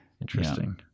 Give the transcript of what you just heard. Interesting